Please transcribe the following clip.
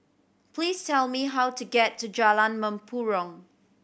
please tell me how to get to Jalan Mempurong